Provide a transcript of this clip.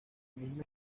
misma